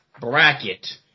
bracket